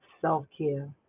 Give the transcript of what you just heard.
self-care